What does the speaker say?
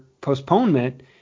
postponement